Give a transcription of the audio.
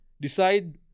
decide